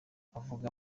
avuga